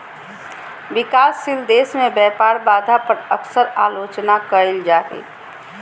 विकासशील देश में व्यापार बाधा पर अक्सर आलोचना कइल जा हइ